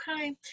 okay